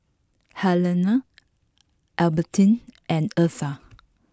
Helena Albertine and Eartha